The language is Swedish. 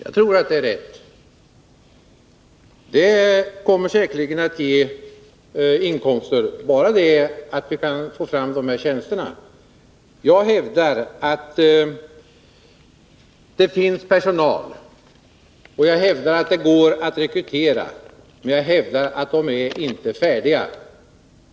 Herr talman! Jag tror att det är rätt. Bara det att vi kan få fram dessa tjänster kommer säkerligen att ge inkomster. Jag hävdar att det finns personal, och jag hävdar att det går att rekrytera. Men jag hävdar också att personalen inte är färdigutbildad.